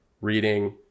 reading